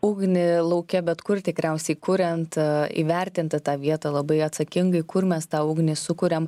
ugnį lauke bet kur tikriausiai kuriant įvertinti tą vietą labai atsakingai kur mes tą ugnį sukuriam